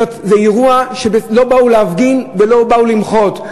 זה אירוע שלא באו להפגין בו ולא באו למחות,